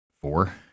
four